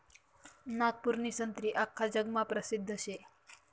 नागपूरनी संत्री आख्खा जगमा परसिद्ध शे